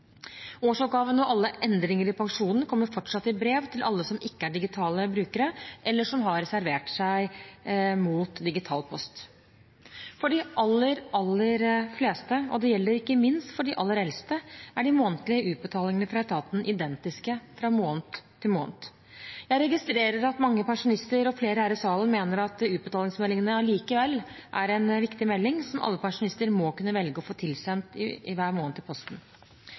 Årsoppgaven og alle endringer i pensjonen kommer fortsatt i brev til alle som ikke er digitale brukere, eller som har reservert seg mot digital post. For de aller, aller fleste – og det gjelder ikke minst for de aller eldste – er de månedlige utbetalingene fra etaten identiske fra måned til måned. Jeg registrerer at mange pensjonister og flere her i salen mener at utbetalingsmeldingene allikevel er en viktig melding som alle pensjonister må kunne velge å få tilsendt i posten hver måned – selv om det nå er lagt godt til